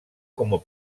como